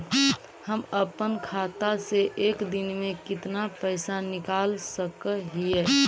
हम अपन खाता से एक दिन में कितना पैसा निकाल सक हिय?